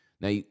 Now